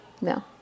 No